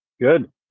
Good